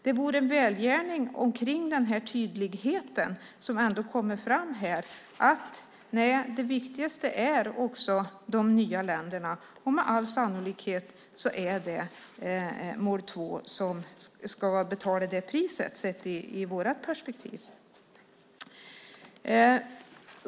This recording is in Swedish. Det vore en välgärning omkring tydligheten som ändå kommer fram här att det viktigaste är de nya länderna. Med all sannolikhet är det mål 2 som ska betala priset sett ur vårt perspektiv.